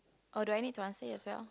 or do I need to answer as well